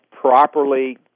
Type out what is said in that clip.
properly